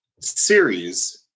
series